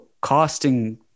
costing